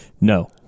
no